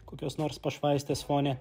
kokios nors pašvaistės fone